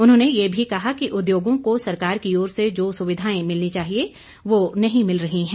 उन्होंने ये भी कहा कि उद्योगों को सरकार की ओर से जो सुविधाएं मिलनी चाहिए वह नहीं मिल रही हैं